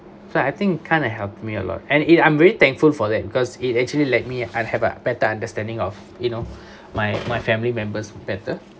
so I think kind of helped me a lot and it I'm very thankful for that because it actually let me I'd have a better understanding of you know my my family members better